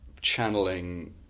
channeling